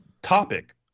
Topic